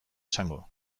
esango